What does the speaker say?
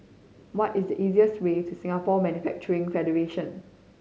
what is the easiest way to Singapore Manufacturing Federation